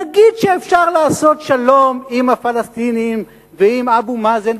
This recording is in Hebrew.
נגיד שאפשר לעשות שלום עם הפלסטינים ועם אבו מאזן,